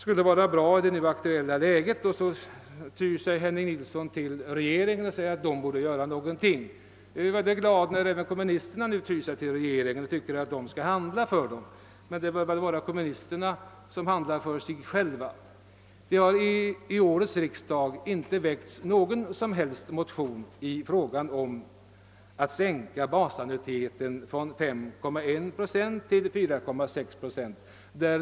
Herr Nilsson tyr sig därvidlag till regeringen och säger att den borde göra någonting. Jag är glad över att även kommunisterna tyr sig till regeringen och tycker att den skall handla, men det naturliga borde väl vara att kommunisterna själva handlade. Vid årets riksdag har inte väckts någon motion om en sänkning av basannuiteten från 5,1 till 4,6 procent.